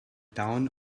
town